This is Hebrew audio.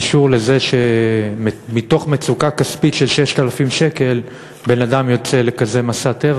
את מפלגות האופוזיציה בהסתה